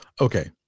okay